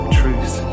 truth